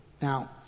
Now